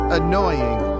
annoying